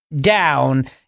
down